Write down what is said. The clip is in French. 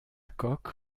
coque